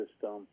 system